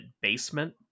basement